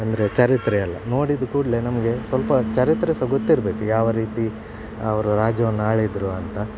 ಅಂದರೆ ಚರಿತ್ರೆಯೆಲ್ಲ ನೋಡಿದ ಕೂಡಲೆ ನಮಗೆ ಸ್ವಲ್ಪ ಚರಿತ್ರೆ ಸಹ ಗೊತ್ತಿರ್ಬೇಕು ಯಾವ ರೀತಿ ಅವರು ರಾಜ್ಯವನ್ನು ಆಳಿದರು ಅಂತ